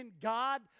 God